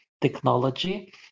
technology